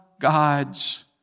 God's